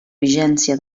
vigència